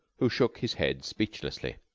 who shook his head speechlessly.